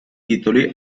titoli